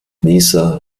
nieser